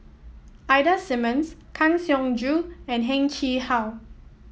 Ida Simmons Kang Siong Joo and Heng Chee How